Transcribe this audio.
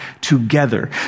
together